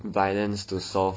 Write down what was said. violence to solve